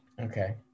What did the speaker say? Okay